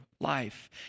life